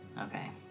Okay